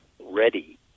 ready